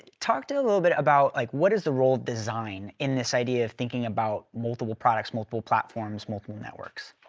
talk to a little bit about like what is the role of design in this idea of thinking about multiple products, multiple platforms, multiple networks.